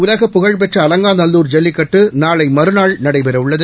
உலகப்புகழ்பெற்ற அலங்காநல்லூர் ஜல்லிக்கட்டு நாளை மறுநாள் நடைபெறவுள்ளது